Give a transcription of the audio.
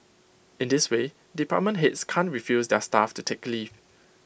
in this way department heads can't refuse their staff to take leave